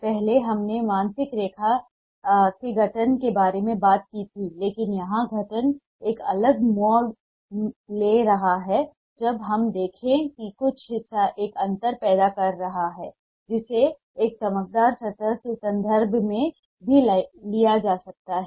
पहले हमने मानसिक रेखा के गठन के बारे में बात की थी लेकिन यहां गठन एक अलग मोड़ ले रहा है जब हम देखते हैं कि कुछ हिस्सा एक अंतर पैदा कर रहा है जिसे एक चमकदार सतह के संदर्भ में भी लिया जा सकता है